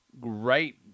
great